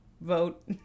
vote